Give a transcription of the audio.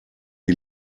die